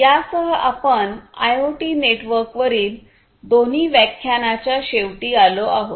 यासह आपण आयओटी नेटवर्कवरील दोन्ही व्याख्यानाच्या शेवटी आलो आहोत